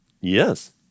Yes